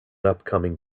upcoming